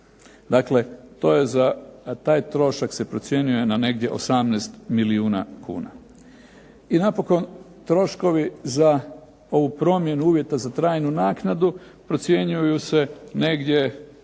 za taj trošak se procjenjuje na negdje 18 milijuna kuna. I napokon troškovi za ovu promjenu uvjeta za trajnu naknadu procjenjuju se negdje